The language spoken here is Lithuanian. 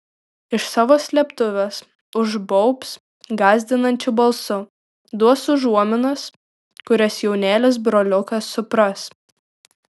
iš savo slėptuvės užbaubs gąsdinančiu balsu duos užuominas kurias jaunėlis broliukas supras